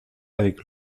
avec